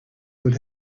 would